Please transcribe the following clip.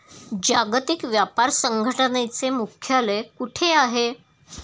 जागतिक व्यापार संघटनेचे मुख्यालय कुठे आहे?